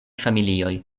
familioj